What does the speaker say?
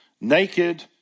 naked